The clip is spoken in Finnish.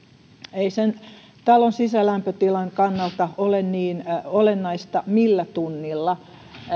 ei talon sisälämpötilan kannalta ole niin olennaista millä tunnilla